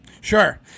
Sure